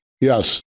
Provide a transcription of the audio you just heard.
Yes